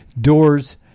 doors